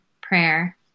prayer